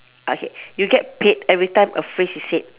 okay you get paid every time a phrase is said